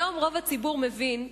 היום רוב הציבור מבין,